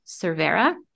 Cervera